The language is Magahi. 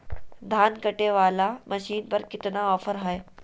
धान कटे बाला मसीन पर कितना ऑफर हाय?